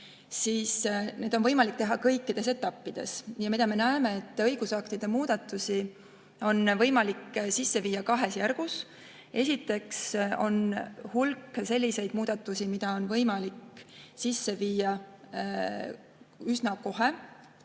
et] seda on võimalik teha kõikides etappides. Mida me näeme? Õigusaktide muudatusi on võimalik sisse viia kahes järgus. Esiteks on hulk selliseid muudatusi, mida on võimalik sisse viia üsna kohe,